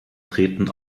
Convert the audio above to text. treten